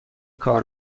کار